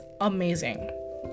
amazing